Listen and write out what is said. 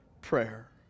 prayer